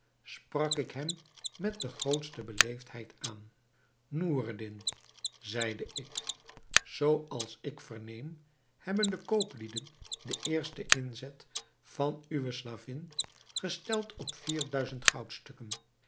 sprak ik hem met de grootste beleefdheid aan noureddin zeide ik zooals ik verneem hebben de kooplieden den eersten inzet van uwe slavin gesteld op